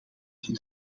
ten